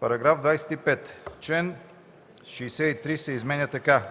§ 25: „§ 25. Член 63 се изменя така: